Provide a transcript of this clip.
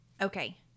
Okay